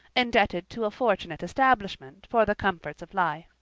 indebted to a fortunate establishment for the comforts of life.